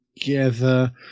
together